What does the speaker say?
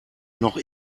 noch